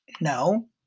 No